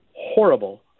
horrible